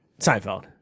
Seinfeld